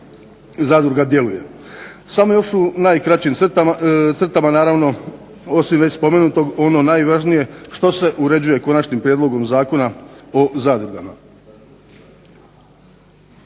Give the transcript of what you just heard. zadruga djeluje. Samo još u najkraćim crtama. Naravno osim već spomenutog ono najvažnije što se uređuje Konačnim prijedlogom zakona o zadrugama.